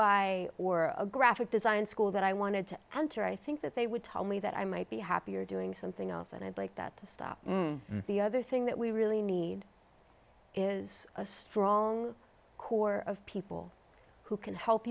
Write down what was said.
buy or a graphic design school that i wanted to answer i think that they would tell me that i might be happier doing something else and i'd like that to stop the other thing that we really need is a strong core of people who can help